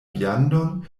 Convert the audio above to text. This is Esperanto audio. viandon